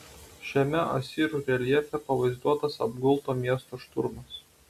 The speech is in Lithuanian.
šiame asirų reljefe pavaizduotas apgulto miesto šturmas